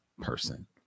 person